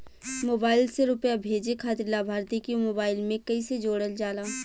Mobile से रूपया भेजे खातिर लाभार्थी के मोबाइल मे कईसे जोड़ल जाला?